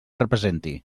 representi